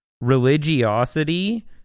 religiosity